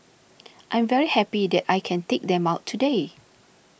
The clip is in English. I'm very happy that I can take them out today